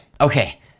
Okay